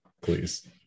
please